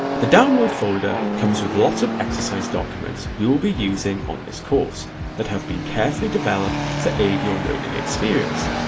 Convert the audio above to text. the download folder comes with lots of exercise documents we will be using on this course that have been carefully developed to aid your learning experience.